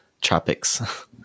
Tropics